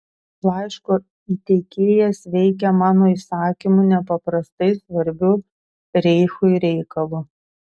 laiško įteikėjas veikia mano įsakymu nepaprastai svarbiu reichui reikalu